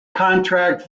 contract